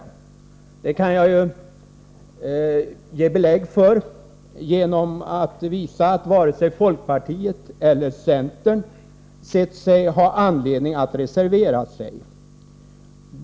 Det kan jag ge belägg för genom att visa att varken folkpartiet eller centerpartiet ansett sig ha anledning att reservera sig.